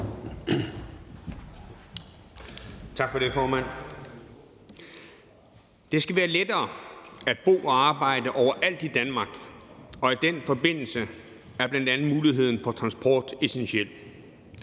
Det skal være lettere at bo og arbejde overalt i Danmark, og i den forbindelse er bl.a. muligheden for transport essentiel.